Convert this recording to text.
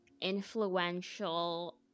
influential